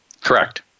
Correct